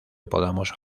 podamos